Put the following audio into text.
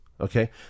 Okay